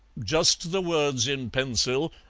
just the words in pencil,